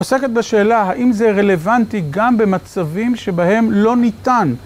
עוסקת בשאלה האם זה רלוונטי גם במצבים שבהם לא ניתן.